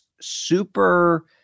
super